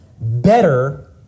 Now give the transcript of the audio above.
better